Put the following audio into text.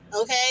okay